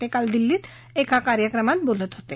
ते काल दिल्लीत एका कार्यक्रमात बोलत होते